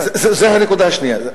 זאת הנקודה השנייה.